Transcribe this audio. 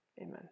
amen